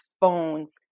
phones